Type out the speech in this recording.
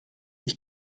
ich